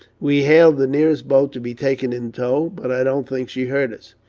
we hailed the nearest boat to be taken in tow but i don't think she heard us.